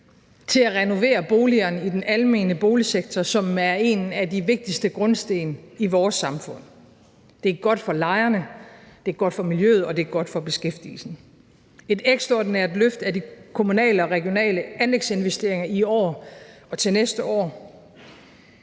til at renovere boligerne i den almene boligsektor, som er en af de vigtigste grundsten i vores samfund. Det er godt for lejerne, det er godt for miljøet, og det er godt for beskæftigelsen. Der vil være et ekstraordinært løft af de kommunale og regionale anlægsinvesteringer i år og til næste år.